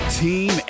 team